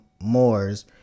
Moors